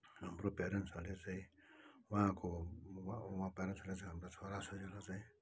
हाम्रो पेरेन्ट्सहरूले चाहिँ उहाँको उहाँ पेरेन्ट्सहरूले चाहिँ हाम्रो छोरा छोरीलाई चाहिँ